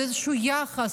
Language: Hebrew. זה איזשהו יחס,